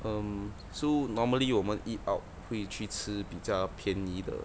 um so normally 我们 eat out 会去吃比较便宜的